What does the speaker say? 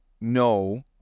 no